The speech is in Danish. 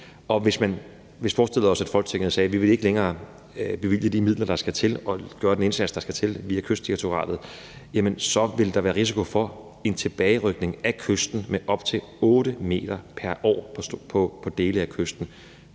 hvis vi forestillede os, at vi i Folketinget sagde, at vi ikke længere ville bevilge de midler, der skal til at gøre den indsats, der skal til, via Kystdirektoratet, så ville der være risiko for en tilbagerykning af kysten med op til 8 m pr. år på dele af kysten,